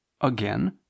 again